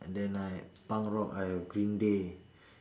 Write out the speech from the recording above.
and then like punk rock I have green day